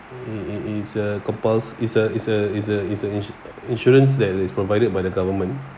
it's it's it's a compuls~ it's a it's a it's a it's an insu~ insurance that is provided by the government